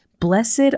Blessed